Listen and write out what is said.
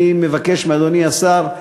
אני מבקש מאדוני השר,